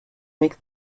make